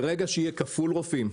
ברגע שיהיה מספר כפול של רופאים,